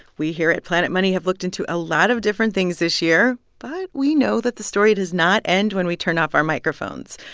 we here at planet money have looked into a lot of different things this year. but we know that the story does not end when we turn off our microphones.